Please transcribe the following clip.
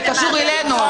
זה קשור אלינו.